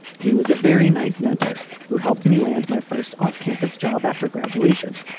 he was a very nice mentor who helped me land my first off campus job after graduation.